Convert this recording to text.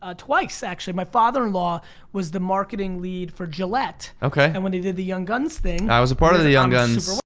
ah twice, actually. my father-in-law was the marketing lead for gillette. and when they did the youngguns thing. i was a part of the youngguns.